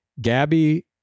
Gabby